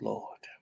Lord